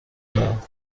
دهند